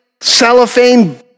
cellophane